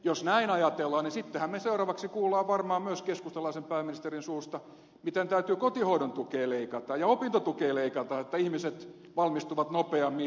jos näin ajatellaan niin sittenhän me seuraavaksi kuulemme varmaan myös keskustalaisen pääministerin suusta miten täytyy kotihoidon tukea leikata ja opintotukea leikata että ihmiset valmistuvat nopeammin ja menevät töihin